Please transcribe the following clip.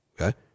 okay